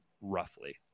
roughly